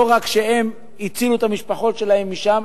הם לא רק הוציאו את המשפחות שלהם משם,